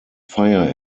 fire